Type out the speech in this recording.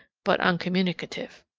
but uncommunicative.